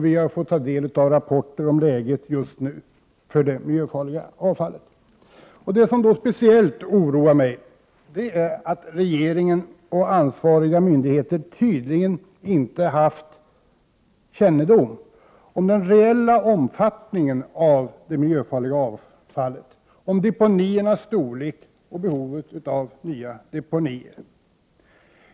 Vi har fått ta del av rapporter om läget när det gäller det miljöfarliga avfallet just nu. Vad som speciellt oroar mig är att regeringen och ansvariga myndigheter tydligen inte haft kännedom om den reella omfattningen av det miljöfarliga avfallet, om deponiernas storlek och om behovet av nya deponier.